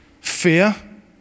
fear